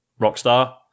Rockstar